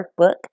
workbook